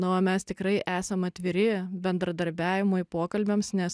na o mes tikrai esam atviri bendradarbiavimui pokalbiams nes